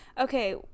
Okay